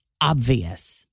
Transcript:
obvious